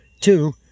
Two